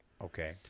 Okay